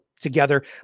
together